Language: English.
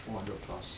four hundred plus